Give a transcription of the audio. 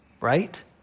Right